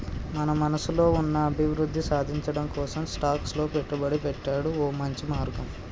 మన మనసులో ఉన్న అభివృద్ధి సాధించటం కోసం స్టాక్స్ లో పెట్టుబడి పెట్టాడు ఓ మంచి మార్గం